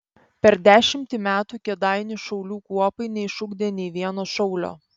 per dešimtį metų kėdainių šaulių kuopai neišugdė nei vieno šaulio